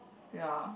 ya